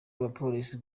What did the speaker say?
abapolisi